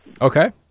okay